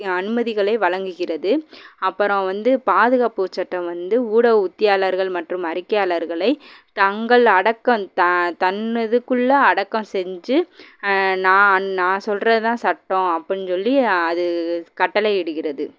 அனுமதிகளை வழங்குகிறது அப்புறம் வந்து பாதுகாப்பு சட்டம் வந்து ஊடக உத்தியாளர்கள் மற்றும் அறிக்கையாளர்களை தங்கள் அடக்கம் த தன் இதுக்குள்ள அடக்கம் செஞ்சு நான் நான் சொல்கிறது தான் சட்டம் அப்படின்னு சொல்லி அது கட்டளையிடுகிறது